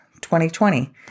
2020